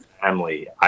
family